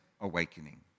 Awakening